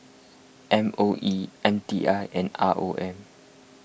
M O E M T I and R O M